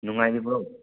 ꯅꯨꯡꯉꯥꯏꯔꯤꯕ꯭ꯔꯣ